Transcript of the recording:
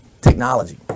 technology